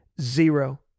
zero